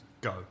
go